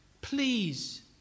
please